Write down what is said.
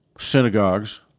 synagogues